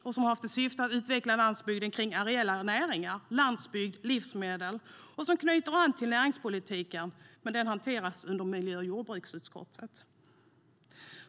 Det har haft till syfte att utveckla landsbygden kring areella näringar - landsbygd och livsmedel - och knyter an till näringspolitiken, även om det hanteras i miljö och jordbruksutskottet.